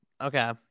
Okay